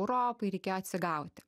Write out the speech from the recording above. europai reikėjo atsigauti